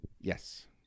yes